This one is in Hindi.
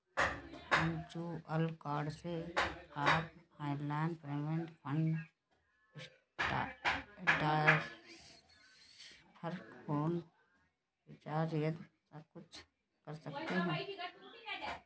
वर्चुअल कार्ड से आप online payment, fund transfer, phone recharge आदि सबकुछ कर सकते हैं